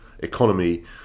Economy